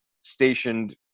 stationed